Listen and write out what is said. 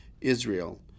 Israel